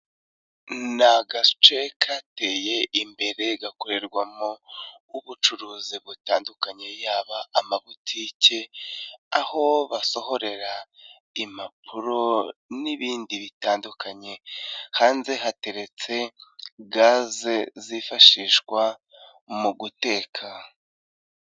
Ni agace kateye imbere gakorerwamo ubucuruzi butandukanye, yaba amabotike, aho basohorera impapuro, n'ibindi bitandukanye. Hanze hateretse gaze zifashishwa mu guteka.